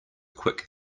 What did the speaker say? quick